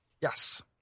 yes